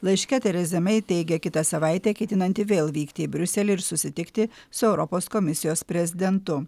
laiške tereza mei teigia kitą savaitę ketinanti vėl vykti į briuselį ir susitikti su europos komisijos prezidentu